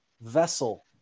vessel